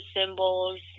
symbols